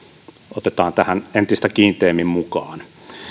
otetaan tähän entistä kiinteämmin mukaan